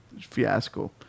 fiasco